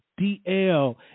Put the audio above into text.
DL